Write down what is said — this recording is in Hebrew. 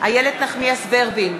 איילת נחמיאס ורבין,